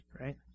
right